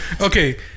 Okay